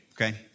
okay